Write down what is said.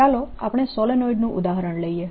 ચાલો આપણે સોલેનોઇડનું ઉદાહરણ લઈએ